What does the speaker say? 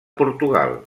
portugal